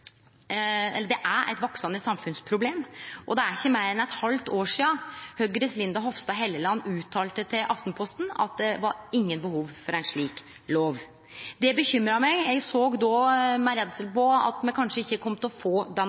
er eit vaksande samfunnsproblem, og det er ikkje meir enn eit halvt år sidan Høgres Linda C. Hofstad Helleland uttalte til Aftenposten at det ikkje var behov for ei slik lov. Det bekymra meg. Eg såg då med redsel på at me kanskje ikkje kom til å få